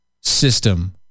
system